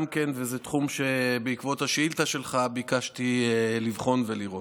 וזה תחום שבעקבות השאילתה שלך ביקשתי לבחון ולראות,